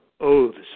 oaths